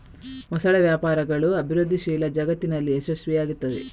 ಮೊಸಳೆ ವ್ಯಾಪಾರಗಳು ಅಭಿವೃದ್ಧಿಶೀಲ ಜಗತ್ತಿನಲ್ಲಿ ಯಶಸ್ವಿಯಾಗುತ್ತವೆ